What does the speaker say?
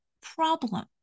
problem